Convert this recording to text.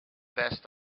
best